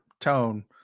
Tone